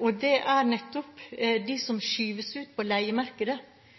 og det er nettopp dem som skyves ut på leiemarkedet.